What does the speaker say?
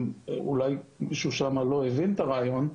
אולי מישהו לא הבין את הרעיון,